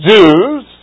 Jews